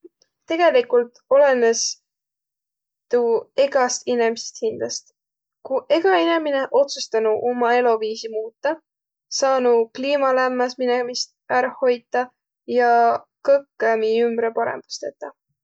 Tegeligult olõnõs tuu egäst inemisest hindäst. Kuq egä inemine otsustanuq uma eloviisi muutaq, saanuq kliima lämmäsminest ärq hoitaq ja kõkkõ mi ümbre parõmbas tetäq.